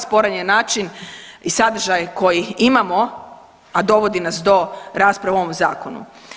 Sporan je način i sadržaj koji imamo a dovodi nas do rasprave o ovom zakonu.